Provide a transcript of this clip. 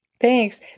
Thanks